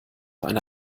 eine